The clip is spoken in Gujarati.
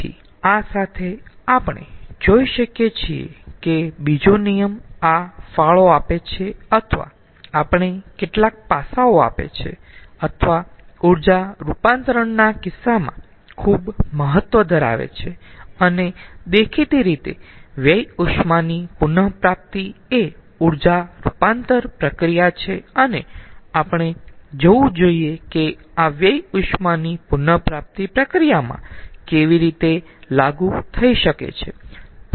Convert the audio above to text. તેથી આ સાથે આપણે જોઈ શકીયે છીએ કે બીજો નિયમ આ ફાળો આપે છે અથવા આપણને કેટલાક પાસાઓ આપે છે અથવા ઊર્જા રૂપાંતરણના કિસ્સામાં ખુબ મહત્વ ધરાવે છે અને દેખીતી રીતે વ્યય ઉષ્માની પુન પ્રાપ્તિ એ ઊર્જા રૂપાંતર પ્રક્રિયા છે અને આપણે જોવું જોઈયે કે આ વ્યય ઉષ્માની પુન પ્રાપ્તિ પ્રક્રિયામાં કેવી રીતે લાગુ થઈ શકે છે